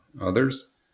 others